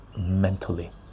mentally